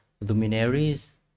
Luminaries